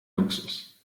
luxus